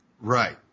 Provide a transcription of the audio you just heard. Right